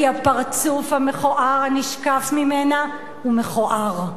כי הפרצוף המכוער הנשקף ממנה הוא מכוער.